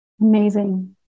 Amazing